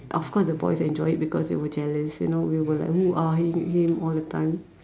of course the boys enjoyed it because they were jealous you know we were like hoo-ha him him all the time